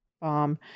bomb